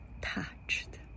touched